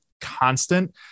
constant